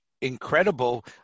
incredible